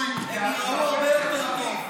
זה פיצוי, הם ייראו הרבה יותר טוב.